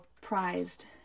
prized